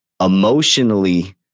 emotionally